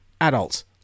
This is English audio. adults